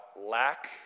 lack